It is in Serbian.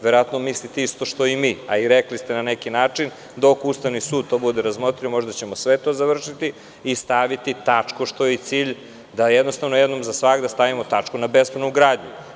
Verovatno mislite isto što i mi a i rekli ste na neki način - dok Ustavni sud to bude razmotrio, možda ćemo sve to završiti i staviti tačku, što je i cilj da jednostavno jednom za svagda stavimo tačku na bespravnu gradnju.